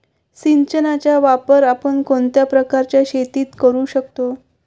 सिंचनाचा वापर आपण कोणत्या प्रकारच्या शेतीत करू शकतो?